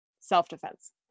Self-defense